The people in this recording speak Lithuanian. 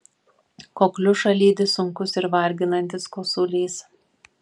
kokliušą lydi sunkus ir varginantis kosulys